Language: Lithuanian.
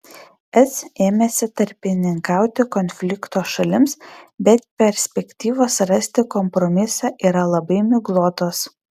es ėmėsi tarpininkauti konflikto šalims bet perspektyvos rasti kompromisą yra labai miglotos